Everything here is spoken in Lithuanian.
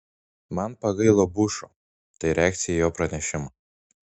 man pagailo bušo tai reakcija į jo pranešimą